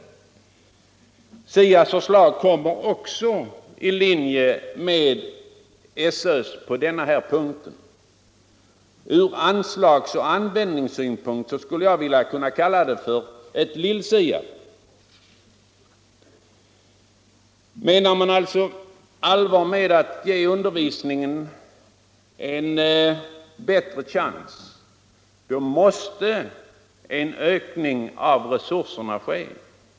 SIA:s förslag ligger också i linje med SÖ:s. Ur anslagsoch användningssynpunkt skulle jag vilja kalla det ett lill-SIA. Menar man allvar med att ge undervisningen en bättre chans, då måste en ökning av resurserna ske.